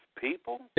people